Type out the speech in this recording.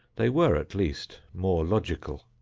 they were at least more logical,